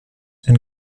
and